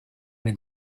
man